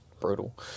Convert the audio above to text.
brutal